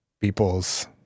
people's